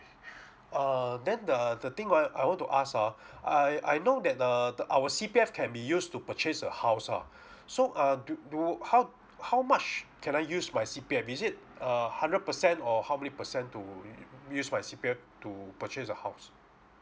err then the the thing what I want to ask ah I I know that err the our C_P_F can be used to purchase a house ah so err do do how how much can I use my C_P_F is it uh hundred percent or how many percent to u~ use my C_P_F to purchase the house